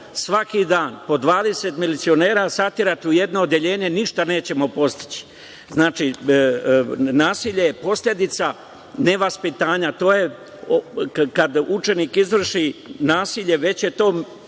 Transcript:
svaki dan po 20 milicionera saterati u jedno odeljenje i ništa nećemo postići. Znači, nasilje je posledica nevaspitanja. To je kad učenik izvrši nasilje, to je već